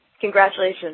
Congratulations